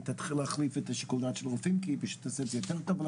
תתחיל להחליף את שיקול הדעת של הרופאים כי היא פשוט תעשה את זה יותר טוב.